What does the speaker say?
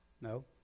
No